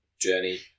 journey